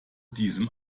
diesem